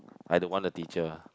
I don't want the teacher